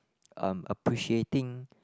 um appreciating